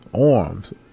arms